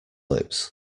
lips